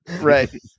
Right